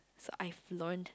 so I've learnt